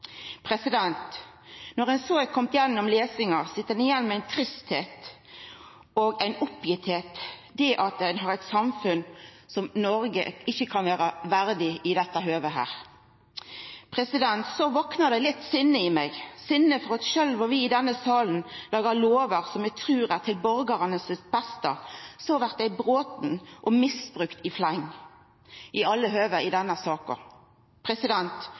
Når ein så er komen gjennom lesinga, sit ein igjen trist og oppgitt over eit system som ikkje kan vera Noreg verdig i dette høvet. Så vakna det litt sinne i meg, sinne over at sjølv om vi i denne salen lagar lovar som vi trur er til beste for borgarane, blir dei brotne og misbrukte i fleng – i alle høve i denne saka.